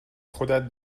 خودت